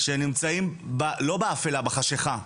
שהם נמצאים לא באפלה, בחשיכה.